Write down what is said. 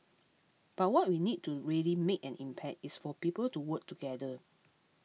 but what we need to really make an impact is for people to work together